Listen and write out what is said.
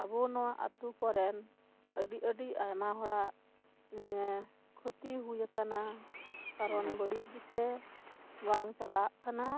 ᱟᱵᱚ ᱱᱚᱣᱟ ᱟᱹᱛᱩ ᱠᱚᱨᱮᱱ ᱟᱹᱰᱤ ᱟᱹᱰᱤ ᱟᱭᱢᱟ ᱦᱚᱲᱟᱜ ᱠᱷᱚᱛᱤ ᱦᱩᱭ ᱠᱟᱱᱟ ᱠᱟᱨᱚᱱ ᱵᱟᱹᱲᱤᱡ ᱜᱮᱛᱮ ᱵᱟᱝ ᱪᱟᱞᱟᱜ ᱠᱟᱱᱟ